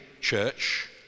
church